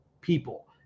people